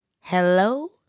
Hello